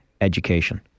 education